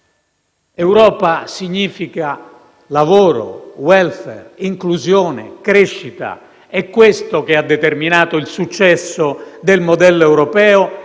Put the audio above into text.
Europa significa lavoro, *welfare*, inclusione e crescita: è questo che ha determinato il successo del modello europeo,